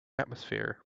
atmosphere